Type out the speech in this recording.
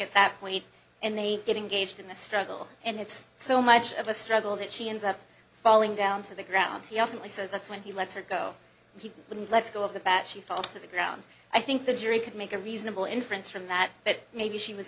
at that point and they get engaged in the struggle and it's so much of a struggle that she ends up falling down to the ground she absently says that's when he let her go he wouldn't let go of the bat she fell to the ground i think the jury could make a reasonable inference from that that maybe she was